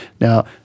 now